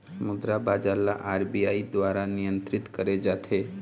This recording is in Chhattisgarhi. मुद्रा बजार ल आर.बी.आई दुवारा नियंत्रित करे जाथे